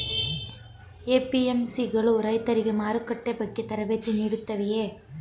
APMC ಗಳು ರೈತರಿಗೆ ಮಾರುಕಟ್ಟೆ ಬಗ್ಗೆ ತರಬೇತಿ ನೀಡುತ್ತವೆಯೇ?